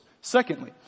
Secondly